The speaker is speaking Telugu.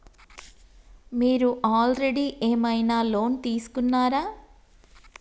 మీరు ఆల్రెడీ ఏమైనా లోన్ తీసుకున్నారా?